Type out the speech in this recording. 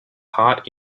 heart